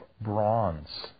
bronze